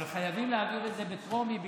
אבל חייבים להעביר את זה בטרומית,